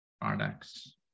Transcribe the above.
products